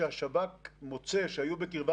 מה שאני מציע שתחליטו